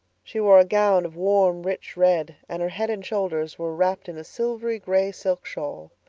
she wore a gown of warm, rich red, and her head and shoulders were wrapped in a silvery gray silk shawl.